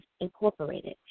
Incorporated